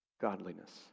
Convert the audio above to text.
godliness